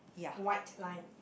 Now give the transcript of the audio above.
white line